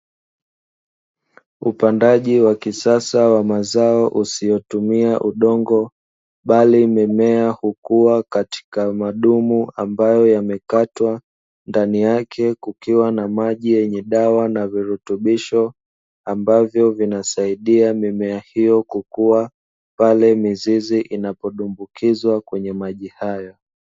Upandaji wa kisasa wa mazao usiotumia udongo, bali mimea hukua katika madumu ambayo yamekatwa ndani, yake kukiwa na maji yenye dawa na virutubisho ambavyo vinasaidia mimea hiyo kukua pale mizizi inapodumbukizwa kwenye maji hayo.